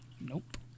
nope